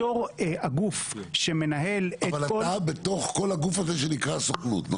בתור הגוף שמנהל את כל --- אבל אתה בתוך כל הגוף הזה שנקרא סוכנות?